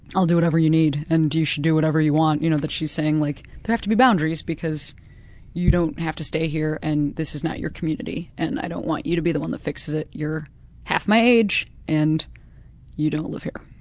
i'll do whatever you need and you should do whatever you want you know, that's she's saying like there have to be boundaries because you don't have to stay here and this is not your community and i don't want you to be the one that fixes it. you're half my age and you don't live here.